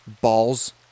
balls